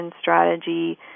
strategy